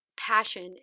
passion